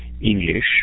English